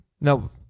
no